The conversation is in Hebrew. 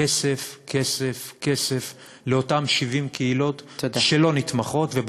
כסף, כסף, כסף לאותן 70 קהילות שלא נתמכות, תודה.